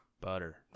Butter